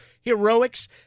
heroics